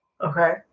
Okay